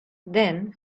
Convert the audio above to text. then